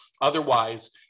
Otherwise